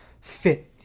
fit